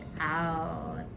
out